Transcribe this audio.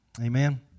Amen